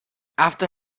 after